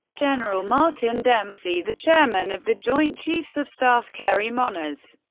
general martin dempsey, the chairman of the joint chiefs of staff, kerry, moniz,